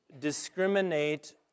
discriminate